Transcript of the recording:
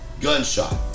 Gunshot